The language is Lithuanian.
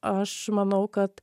aš manau kad